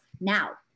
now